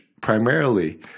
primarily